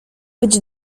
być